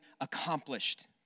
accomplished